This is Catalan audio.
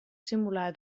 simular